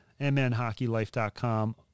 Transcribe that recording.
mnhockeylife.com